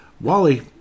Wally